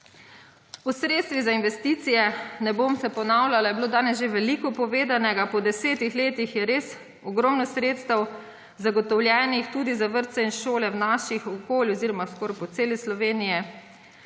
O sredstvih za investicije se ne bom ponavljala, danes je bilo že veliko povedanega. Po 10 letih je res ogromno sredstev zagotovljenih, tudi za vrtce in šole v naših okoljih oziroma po skoraj celi Sloveniji.